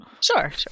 sure